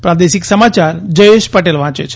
પ્રાદેશિક સમાચાર જયેશ પટેલ વાંચે છે